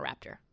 Raptor